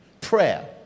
prayer